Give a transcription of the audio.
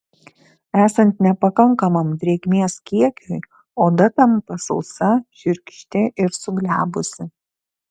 esant nepakankamam drėgmės kiekiui oda tampa sausa šiurkšti ir suglebusi